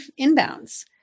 inbounds